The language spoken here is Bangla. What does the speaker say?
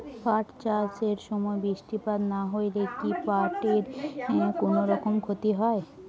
পাট চাষ এর সময় বৃষ্টিপাত না হইলে কি পাট এর কুনোরকম ক্ষতি হয়?